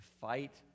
fight